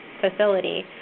facility